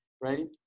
Right